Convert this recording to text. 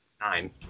Nine